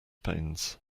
pains